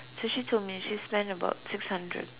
so she told me she spend about six hundred